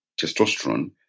testosterone